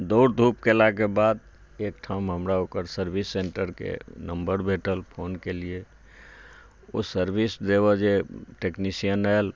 दौड़ धूप केलाके बाद एकठाम हमरा ओकर सर्विस सेन्टरके नम्बर भेटल फोन केलीयै ओ सर्विस देबऽ जे टेक्निशियन आयल